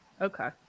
Okay